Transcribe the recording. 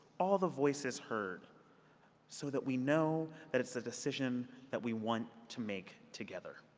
all of the voices heard so that we know that it's a decision that we want to make together.